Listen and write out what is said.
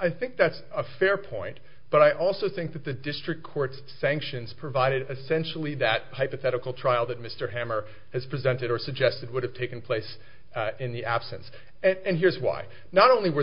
i think that's a fair point but i also think that the district court sanctions provided essentially that hypothetical trial that mr hammer has presented or suggested would have taken place in the absence and here's why not only were